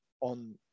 on